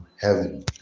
heaven